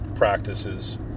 Practices